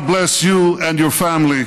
God bless you and your family,